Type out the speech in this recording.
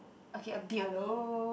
okay a bit only